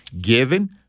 giving